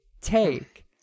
take